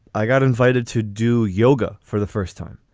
i got invited to do yoga for the first time